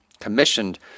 commissioned